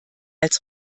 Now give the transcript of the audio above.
als